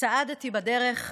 צעדתי בדרך,